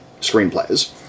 screenplays